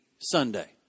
Sunday